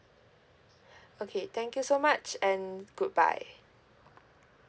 okay thank you so much and goodbye